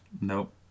Nope